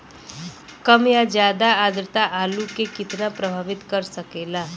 कम या ज्यादा आद्रता आलू के कितना प्रभावित कर सकेला?